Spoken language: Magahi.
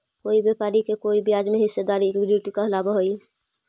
कोई व्यापारी के कोई ब्याज में हिस्सेदारी इक्विटी कहलाव हई